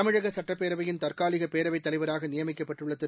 தமிழக சட்டப்பேரவையின் தற்காலிக பேரவைத் தலைவராக நியமிக்கப்பட்டுள்ள திரு